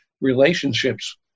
relationships